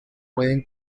pueden